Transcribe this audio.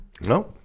No